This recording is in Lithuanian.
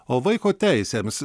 o vaiko teisėms